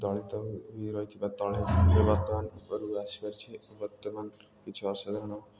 ଦଳିତ ହୋଇ ରହିଛି ବା ବର୍ତ୍ତମାନ୍ ଉପରକୁ ଆସିପାରିଛି ବର୍ତ୍ତମାନ୍ କିଛି ଅସାଧାରଣ